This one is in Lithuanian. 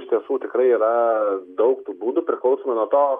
iš tiesų tikrai yra daug tų būdų priklausomai nuo to